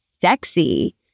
sexy